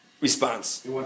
response